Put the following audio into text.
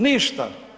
Ništa.